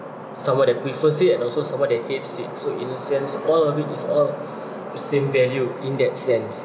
someone that prefers it and also someone that hates it so in a sense all of it is all same value in that sense